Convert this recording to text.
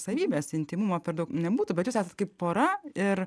savybes intymumo per daug nebūtų bet jūs esat kaip pora ir